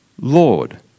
Lord